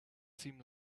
seem